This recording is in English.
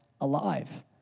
alive